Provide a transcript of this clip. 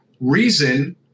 reason